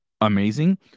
amazing